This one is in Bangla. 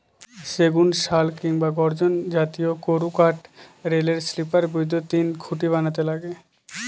সেগুন, শাল কিংবা গর্জন জাতীয় গুরুকাঠ রেলের স্লিপার, বৈদ্যুতিন খুঁটি বানাতে লাগে